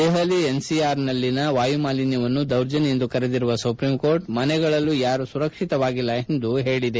ದೆಹಲಿ ಎನ್ಸಿಆರ್ನಲ್ಲಿನ ವಾಯುಮಾಲಿನ್ಸವನ್ನು ದೌರ್ಜನ್ನ ಎಂದು ಕರೆದಿರುವ ಸುಪ್ರೀಂ ಕೋರ್ಟ್ ಮನೆಗಳಲ್ಲೂ ಯಾರೂ ಸುರಕ್ಷಿತವಾಗಿಲ್ಲ ಎಂದು ಹೇಳಿದೆ